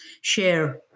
share